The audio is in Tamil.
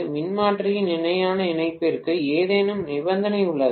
மின்மாற்றியின் இணையான இணைப்பிற்கு ஏதேனும் நிபந்தனை உள்ளதா